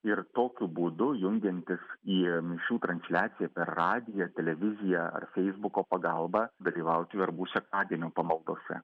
ir tokiu būdu jungiantis į mišių transliacija per radiją televiziją ar feisbuko pagalba dalyvauti verbų sekmadienio pamaldose